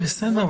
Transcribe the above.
בשדה התעופה.